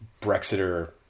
Brexiter